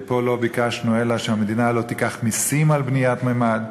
ופה לא ביקשנו אלא שהמדינה לא תיקח מסים על בניית ממ"ד.